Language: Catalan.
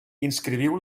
inscriviu